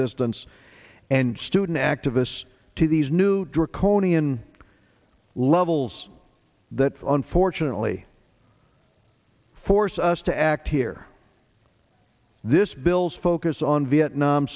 dissidents and student activists to these new draconian levels that unfortunately force us to act here this bill's focus on vietnam